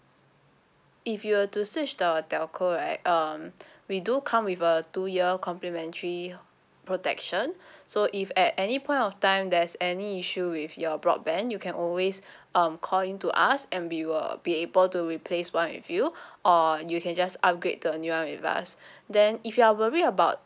if you were to switch the telco right um we do come with a two year complimentary protection so if at any point of time there's any issue with your broadband you can always um call in to us and we will be able to replace one with you or you can just upgrade to a new one with us then if you are worried about